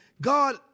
God